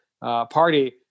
party